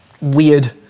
weird